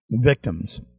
victims